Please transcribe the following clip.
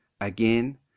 again